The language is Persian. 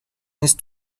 نیست